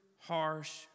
harsh